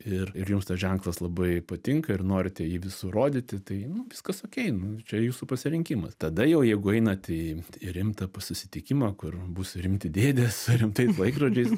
ir ir jums tas ženklas labai patinka ir norite jį visur rodyti tai nu viskas okei nu čia jūsų pasirinkimas tada jau jeigu einat į rimtą susitikimą kur bus rimti dėdės su rimtais laikrodžiais